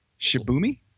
Shibumi